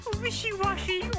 wishy-washy